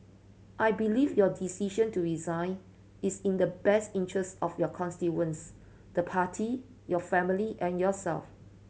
I believe your decision to resign is in the best interest of your constituents the Party your family and yourself